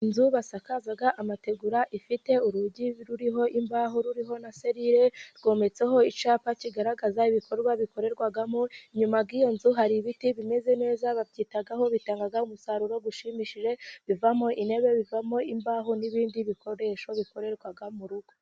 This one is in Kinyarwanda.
Inzu basakaza amategura, ifite urugi ruriho imbaho, ruriho na selire, rwometseho icyapa kigaragaza ibikorwa bikorerwamo. Inyuma y'iyo nzu, hari ibiti bimeze neza. Babyitaho, bitanga umusaruro ushimishije, bivamo intebe, bivamo imbaho n'ibindi bikoresho bikorerwa mu rugo.